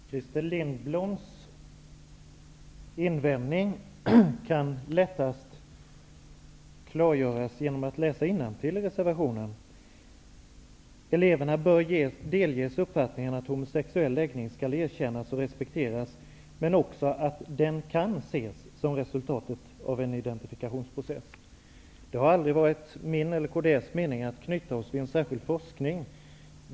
Herr talman! Christer Lindbloms invändning kan lättast klargöras genom att läsa innantill i reservationen. Där står att eleverna bör delges uppfattningen att homosexuell läggning skall erkännas och respekteras, men också att den kan ses som resultatet av en identifikationsprocess. Det har aldrig varit min eller kds mening att knyta oss till en särskild forskning.